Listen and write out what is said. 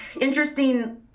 interesting